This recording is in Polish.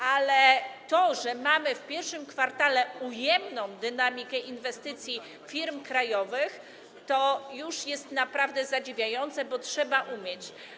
Ale to, że mamy w I kwartale ujemną dynamikę inwestycji firm krajowych, to już jest naprawdę zadziwiające, bo to trzeba umieć.